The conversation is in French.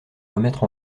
remettre